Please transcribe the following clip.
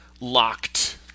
locked